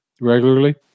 regularly